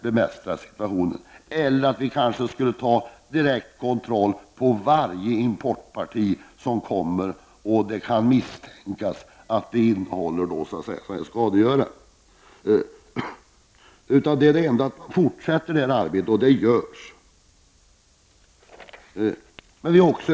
En annan åtgärd är att ha direkt kontroll på varje importerat parti som kommer in i landet då man misstänker att det innehåller skadegörare. Vad som gäller är att man fortsätter med detta arbete, och det gör man också.